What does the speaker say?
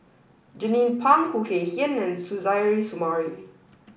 Jernnine Pang Khoo Kay Hian and Suzairhe Sumari